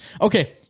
Okay